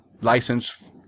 license